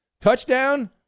Touchdown